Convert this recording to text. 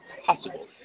Possible